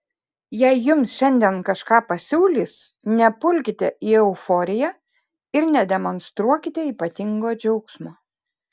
jei jums šiandien kažką pasiūlys nepulkite į euforiją ir nedemonstruokite ypatingo džiaugsmo